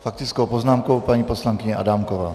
S faktickou poznámkou paní poslankyně Adámková.